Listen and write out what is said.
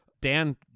Dan